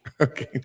Okay